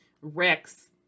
Rex